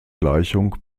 gleichung